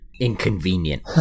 inconvenient